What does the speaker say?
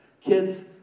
Kids